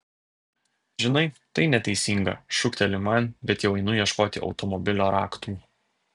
žinai tai neteisinga šūkteli man bet jau einu ieškoti automobilio raktų